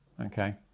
okay